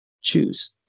choose